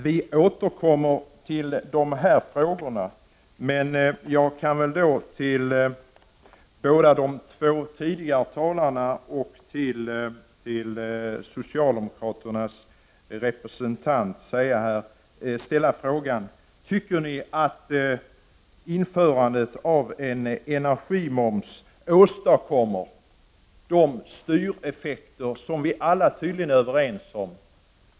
Vi återkommer till dessa frågor, men jag skall till de båda tidigare talarna och socialdemokraternas representant i debatten ställa en fråga: Anser ni att införande av en energimoms leder till att man åstadkommer de styreffekter som vi alla tydligen är överens om?